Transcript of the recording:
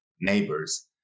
neighbors